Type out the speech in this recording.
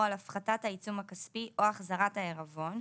על הפחתת העיצום הכספי או החזרת העירבון,